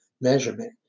measurement